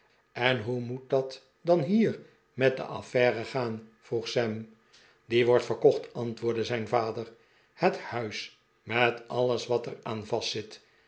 en hoe moet net dan hier met de affaire gaan vroeg sam die wordt verkocht antwoordde zijn vader het huis met alles wat er aan